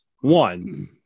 One